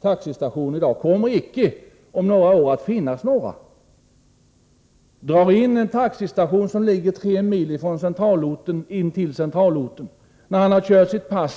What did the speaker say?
taxistationer som finns i dag kommer om några år inte att finnas kvar. Drar vi in till centralorten en taxistation, som ligger tre mil från centralorten, finns det ingen taxi i bygden när föraren har kört sitt pass.